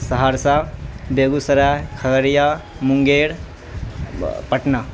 Saharsa Begusarai Khagaria Munger Patna